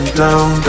down